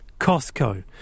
Costco